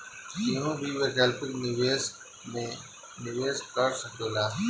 केहू भी वैकल्पिक निवेश में निवेश कर सकेला